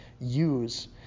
use